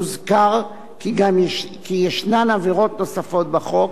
יוזכר כי יש עבירות נוספות בחוק,